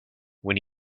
when